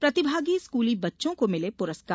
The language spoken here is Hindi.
प्रतिभागी स्कूली बच्चों को मिले पुरस्कार